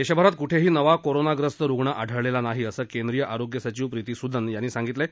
देशभरात कुठेही नवा कोरोनाग्रस्त रुणं आढळलेला नाही असं केंद्रीय आरोग्य सचिव प्रीती सुदन यांनी सांगितलं आहे